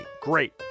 Great